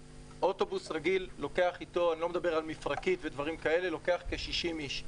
אוטובוס רגיל לוקח אתו אני לא מדבר על מפרקית ודברים כאלה כ-60 איש.